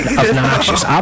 obnoxious